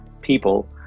people